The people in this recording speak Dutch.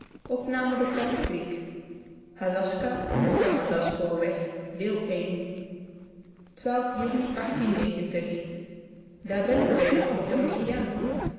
proofreaders team aljaska en de canada spoorweg uli daar ben ik weder op den oceaan